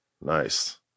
Nice